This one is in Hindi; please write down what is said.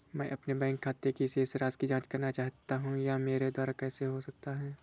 मैं अपने बैंक खाते की शेष राशि की जाँच करना चाहता हूँ यह मेरे द्वारा कैसे हो सकता है?